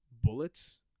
bullets